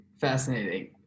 fascinating